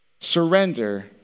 Surrender